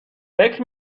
فکر